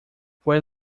fue